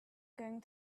going